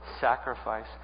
sacrifice